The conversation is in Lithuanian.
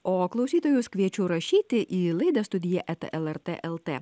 o klausytojus kviečiu rašyti į laidą studija eta lrt lt